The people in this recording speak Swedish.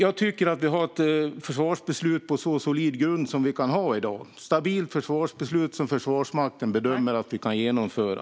Jag tycker att vi har ett försvarsbeslut på en så solid grund som vi kan ha i dag. Det är ett stabilt försvarsbeslut som Försvarsmakten bedömer att vi kan genomföra.